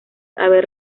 haber